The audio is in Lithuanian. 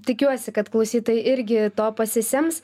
tikiuosi kad klausytojai irgi to pasisems